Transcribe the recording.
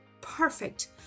Perfect